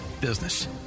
business